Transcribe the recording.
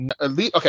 Okay